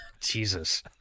Jesus